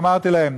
ואמרתי להם: